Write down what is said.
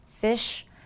fish